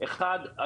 ההחלטה.